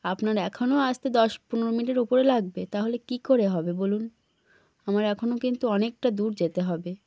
আপনার এখনও আসতে দশ পনেরো মিনিটের উপরে লাগবে তাহলে কী করে হবে বলুন আমার এখনও কিন্তু অনেকটা দূর যেতে হবে